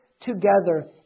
together